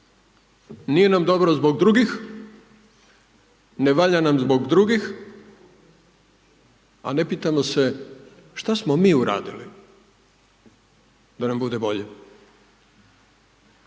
Nije nam dobro zbog drugih, ne valja nam zbog drugih, a ne pitamo se šta smo mi uradili da nam bude bolje.